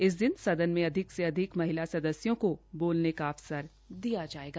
इस सदन में अधिक से अधिक महिला सदस्यों को बोलने का अवसर दिया जायेगा